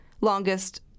longest